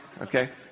Okay